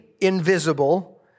invisible